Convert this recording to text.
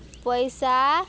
ପଇସା